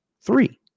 three